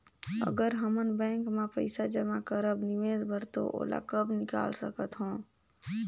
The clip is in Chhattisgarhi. अगर हमन बैंक म पइसा जमा करब निवेश बर तो ओला कब निकाल सकत हो?